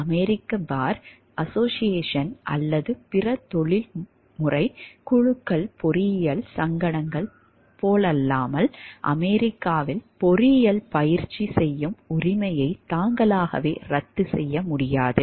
அமெரிக்க bar association அல்லது பிற தொழில்முறை குழுக்கள் பொறியியல் சங்கங்கள் போலல்லாமல் அமெரிக்காவில் பொறியியல் பயிற்சி செய்யும் உரிமையை தாங்களாகவே ரத்து செய்ய முடியாது